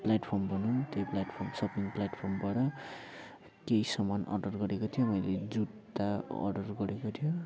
platform भनौँ त्यही platform shopping प्लेटफर्मबाट केही सामान अर्डर गरेको थियो मैले जुत्ता अर्डर गरेको थियो